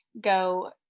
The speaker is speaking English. go